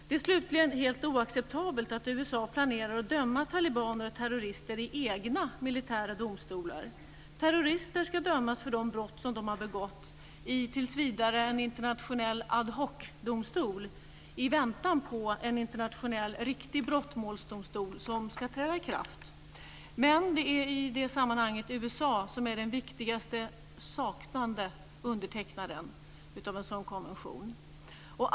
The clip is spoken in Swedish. Det är slutligen helt oacceptabelt att USA planerar att döma talibaner och terrorister i egna militära domstolar. Terrorister ska dömas för de brott som de har begått i tills vidare en internationell ad hoc-domstol i väntan på en internationell riktig brottsmålsdomstol som ska träda i kraft. Men det är i det sammanhanget USA som är den viktigaste saknande undertecknaren av en sådan konvention.